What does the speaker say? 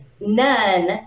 none